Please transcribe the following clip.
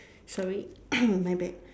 sorry my bad